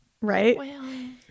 Right